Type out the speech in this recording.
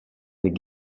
n’est